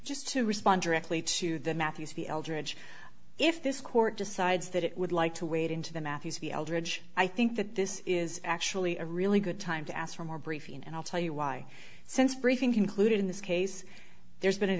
just to respond directly to the matthews the eldridge if this court decides that it would like to wade into the matthews v eldridge i think that this is actually a really good time to ask for more briefing and i'll tell you why since briefing concluded in this case there's been an